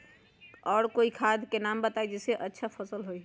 और कोइ खाद के नाम बताई जेसे अच्छा फसल होई?